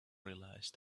realise